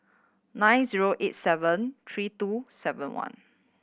nine zero eight seven three two seven one